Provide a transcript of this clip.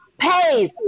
pays